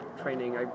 training